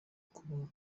ukubaho